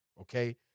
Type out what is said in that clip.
Okay